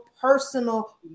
personal